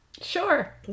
sure